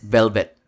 Velvet